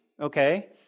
okay